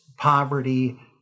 Poverty